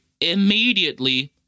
immediately